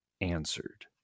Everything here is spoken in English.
answered